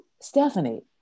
Stephanie